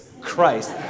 Christ